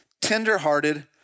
tenderhearted